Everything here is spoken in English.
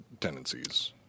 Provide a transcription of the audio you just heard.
tendencies